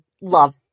love